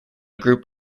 group